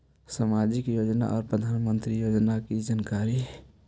समाजिक योजना और प्रधानमंत्री योजना की जानकारी?